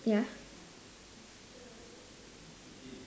ya